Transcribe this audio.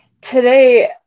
Today